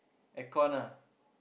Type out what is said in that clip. aircond lah